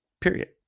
period